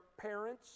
parents